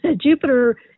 Jupiter